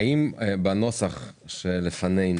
האם בנוסח שלפנינו,